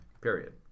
period